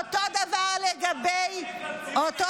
אותו דבר לגבי --- אז זה עדיף מציוד לחיילי צה"ל.